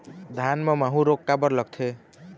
धान म माहू रोग काबर लगथे?